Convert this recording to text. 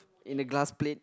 in the glass plate